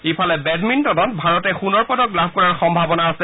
ইফালে বেডমিণ্টনত ভাৰতে সোণৰ পদক লাভ কৰাৰ সম্ভাৱনা আছে